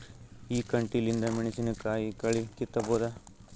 ಈ ಕಂಟಿಲಿಂದ ಮೆಣಸಿನಕಾಯಿ ಕಳಿ ಕಿತ್ತಬೋದ?